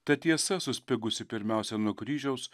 ta tiesa suspigusi pirmiausia nuo kryžiaus